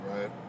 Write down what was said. right